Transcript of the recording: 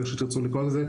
איך שתרצו לקרוא לזה,